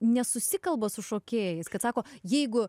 nesusikalba su šokėjais kad sako jeigu